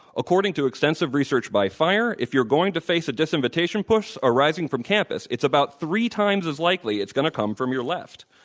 according to extensive research by fire, if you're going to face a disinvitation push arising from campus, it's about three times as likely it's going to come from your left.